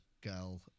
girl